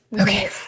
Okay